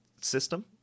system